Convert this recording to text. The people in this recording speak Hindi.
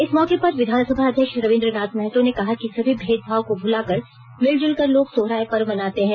इस मौके पर विधानसभा अध्यक्ष रविंद्र नाथ महतो ने कहा कि सभी भेदभाव को भुलाकर मिलजुल कर लोग सोहराय पर्व मनाते हैं